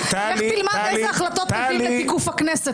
לך תלמד איזה החלטות מביאים לתיקוף הכנסת.